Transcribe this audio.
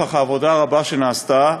נוכח העבודה הרבה שנעשתה,